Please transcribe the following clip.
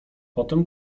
potem